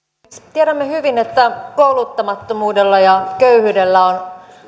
tiedämme hyvin että kouluttamattomuudella ja köyhyydellä on